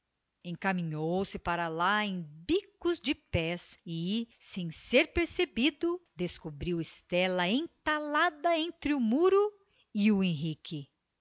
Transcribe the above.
encaminhou-se para lá em bicos de pés e sem ser percebido descobriu estela entalada entre o muro e o henrique